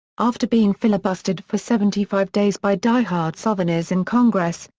after being filibustered for seventy five days by diehard southerners in congress,